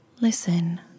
Listen